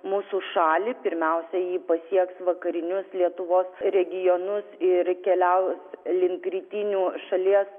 mūsų šalį pirmiausiai ji pasieks vakarinius lietuvos regionus ir keliaus link rytinių šalies